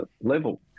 level